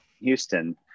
Houston